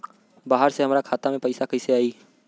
बाहर से हमरा खाता में पैसा कैसे आई?